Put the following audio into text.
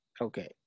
Okay